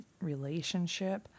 relationship